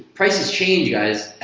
prices change you guys.